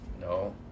No